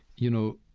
you know,